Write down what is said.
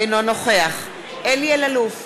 אינו נוכח אלי אלאלוף,